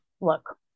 look